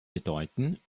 bedeuten